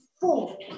four